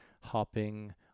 hopping